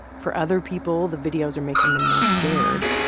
for other people, the videos are making them more scared.